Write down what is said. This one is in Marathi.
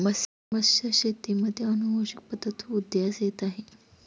मत्स्यशेतीमध्ये अनुवांशिक पद्धत उदयास येत आहे